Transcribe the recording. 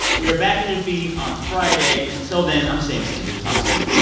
we are back in your feeds on friday. until then, i'm sam sanders. talk soon